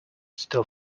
still